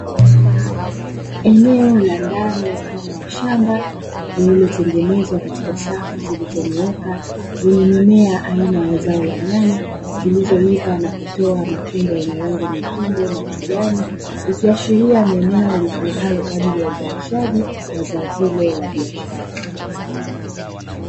Eneo la ndani mfano wa shamba lililotengenezwa katika safi zilizonyooka zenye mimea aina ya zao la nyanya. Zilizoiva na kutoa matunda yenye rangi nyekundu na kijani. Ikiashiria ni eneo litumikalo kwa ajili ya uzalishaji wa zao hilo la biashara.